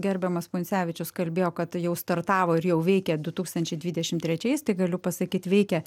gerbiamas puncevičius kalbėjo kad jau startavo ir jau veikia du tūkstančiai dvidešimt trečiais tai galiu pasakyt veikia